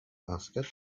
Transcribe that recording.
asked